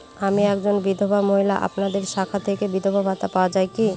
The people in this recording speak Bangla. আমি একজন বিধবা মহিলা আপনাদের শাখা থেকে বিধবা ভাতা পাওয়া যায় কি?